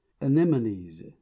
anemones